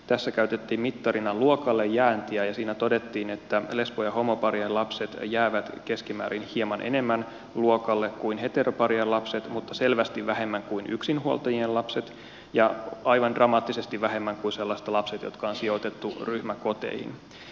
tässä käytettiin mittarina luokalle jääntiä ja siinä todettiin että lesbo ja homoparien lapset jäävät keskimäärin hieman enemmän luokalle kuin heteroparien lapset mutta selvästi vähemmän kuin yksinhuoltajien lapset ja aivan dramaattisesti vähemmän kuin sellaiset lapset jotka on sijoitettu ryhmäkoteihin